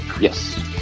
Yes